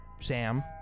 Sam